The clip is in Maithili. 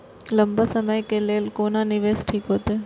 लंबा समय के लेल कोन निवेश ठीक होते?